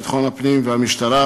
סגן שר הביטחון חבר הכנסת אלי בן-דהן.